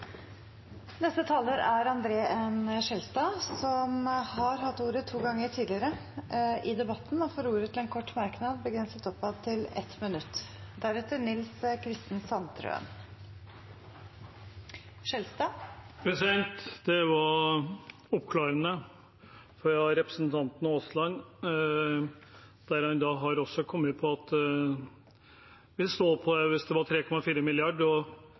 N. Skjelstad har hatt ordet to ganger tidligere og får ordet til en kort merknad, begrenset oppad til 1 minutt. Det var oppklarende fra representanten Aasland da han kom med at man vil stå på det også hvis det er 3,4